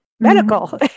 Medical